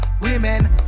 women